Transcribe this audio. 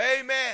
Amen